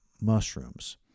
mushrooms